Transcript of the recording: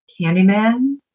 Candyman